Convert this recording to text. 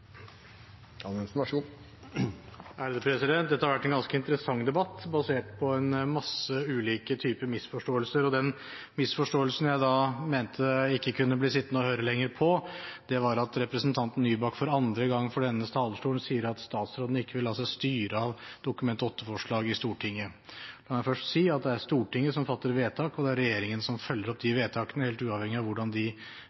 Dette har vært en ganske interessant debatt, basert på mange ulike typer misforståelser. Den misforståelsen jeg mente jeg ikke lenger kunne bli sittende å høre på, er at representanten Nybakk for andre gang fra denne talerstolen sier at statsråden ikke vil la seg styre av Dokument 8-forslag i Stortinget. La meg først si at det er Stortinget som fatter vedtak, og det er regjeringen som følger opp de